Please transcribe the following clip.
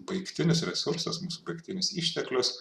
baigtinis resursas mūsų baigtinis išteklius